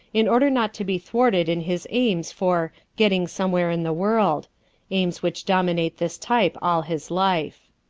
in order not to be thwarted in his aims for getting somewhere in the world aims which dominate this type all his life.